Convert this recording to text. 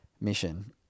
mission